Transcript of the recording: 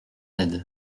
aide